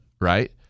right